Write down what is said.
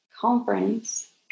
conference